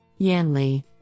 Yanli